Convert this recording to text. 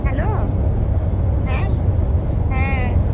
hello হ্যাঁ হ্যাঁ